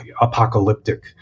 apocalyptic